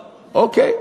אוקיי.